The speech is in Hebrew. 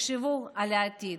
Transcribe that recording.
תחשבו על העתיד.